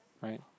right